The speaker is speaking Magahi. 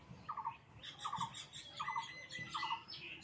मुई अपना गुलाब फूलेर पौधा ला कुंसम करे तेजी से बढ़ाम?